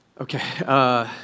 Okay